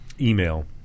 email